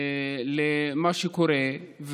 למה שקורה.